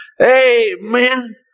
Amen